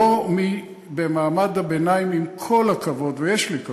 לא למי שבמעמד הביניים, עם כל הכבוד, ויש לי כבוד,